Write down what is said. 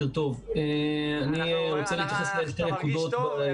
אני רוצה להתייחס לשתי נקודות.